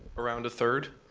around a third?